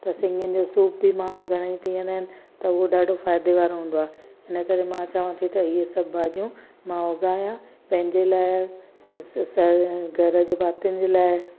त सिङियुनि जो सूप बि माण्हू घणई पीअंदा आहिनि त उहो ॾाढो फ़ाइदे वारे हूंदो आहे इन करे मां चवां थी त इहो सभु भाॼियूं मां उॻायां पंहिंजे लाइ स स घर जे भातियुनि जे लाइ